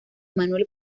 manuel